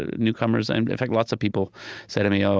ah newcomers and in fact, lots of people say to me, oh,